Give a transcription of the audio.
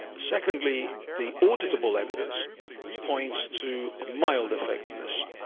secondly, the auditable evidence points to a mild effectiveness.